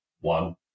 one